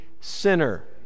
sinner